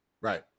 Right